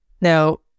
now